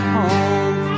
home